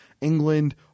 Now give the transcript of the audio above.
England